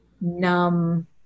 numb